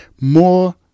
more